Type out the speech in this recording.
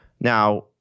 Now